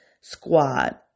squad